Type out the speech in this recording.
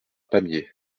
pamiers